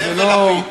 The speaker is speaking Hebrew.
זה לא,